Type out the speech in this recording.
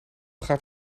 gaat